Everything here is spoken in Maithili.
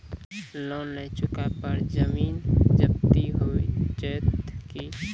लोन न चुका पर जमीन जब्ती हो जैत की?